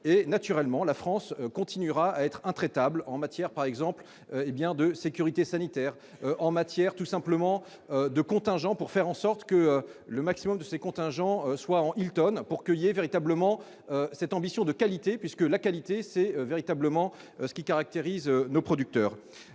et naturellement la France continuera à être intraitable en matière, par exemple, hé bien de sécurité sanitaire en matière tout simplement de contingents pour faire en sorte que le maximum de ces contingents, soit on Hilton pour que véritablement cette ambition de qualité puisque la qualité c'est véritablement ce qui caractérise nos producteurs